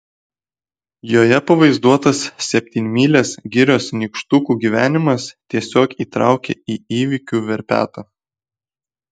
joje pavaizduotas septynmylės girios nykštukų gyvenimas tiesiog įtraukė į įvykių verpetą